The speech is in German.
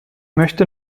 möchte